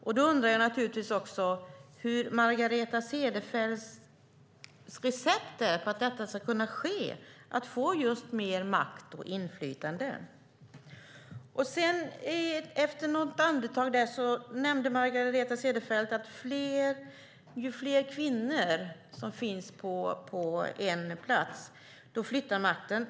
Jag undrar naturligtvis också vad som är Margareta Cederfelts recept för att kvinnor ska kunna få just mer makt och inflytande. Efter något andetag nämnde Margareta Cederfelt att makten flyttar ju fler kvinnor som finns på en arbetsplats.